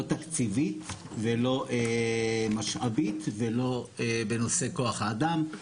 לא תקציבית ולא משאבית ולא בנושא כוח האדם.